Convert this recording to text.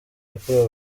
yakorewe